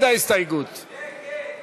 ההסתייגות (23) של קבוצת סיעת